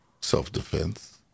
self-defense